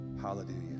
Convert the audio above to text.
Hallelujah